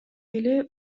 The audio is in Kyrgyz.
деле